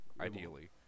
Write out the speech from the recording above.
ideally